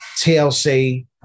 TLC